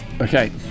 Okay